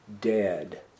dead